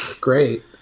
Great